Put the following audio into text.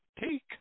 Take